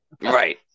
Right